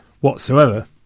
whatsoever